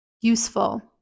useful